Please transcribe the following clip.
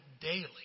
daily